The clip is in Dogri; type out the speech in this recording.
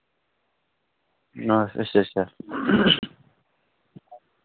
हां अच्छा अच्छा